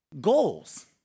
Goals